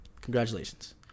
Congratulations